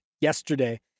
yesterday